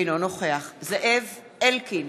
אינו נוכח זאב אלקין,